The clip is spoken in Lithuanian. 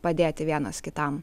padėti vienas kitam